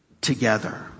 together